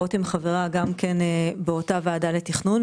גם רותם ידלין חברה באותה ועדה לתכנון.